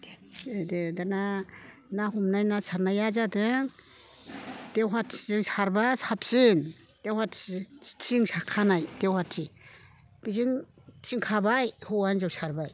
दे दाना ना हमनाय ना सारनाया जादों देवहाथिजों सारब्ला साबसिन देवहाथि थिं खानाय देवहाथि बिजों थिं खाबाय हौवा हिनजाव सारबाय